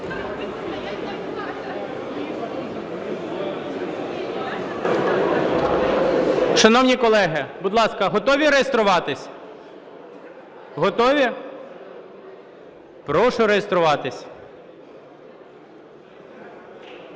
Шановні колеги, будь ласка, готові реєструватись? Готові? Прошу реєструватись.